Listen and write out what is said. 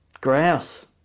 Grouse